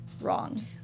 wrong